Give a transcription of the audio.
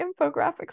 infographics